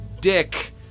dick